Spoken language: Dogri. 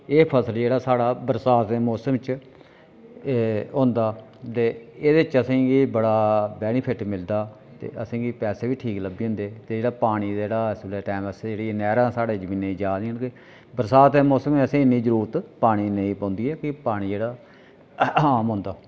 एह् फसल जेह्ड़ा साढ़ा बरसांत दे मौसम च होंदा दे एह्दे च असें गी बड़ा बैनीफट मिलदा ते असें गी पैसे बी ठीक लब्भी जंदे ते जेह्ड़ा पानी दा जेह्ड़ा टैम नैह्रां साढ़े जमीन च नेईं जा दियां ते बरसात दे मौसम च असें गी इन्नी जरूरत पानी दी नेईं पौंदी की के पानी आम होंदा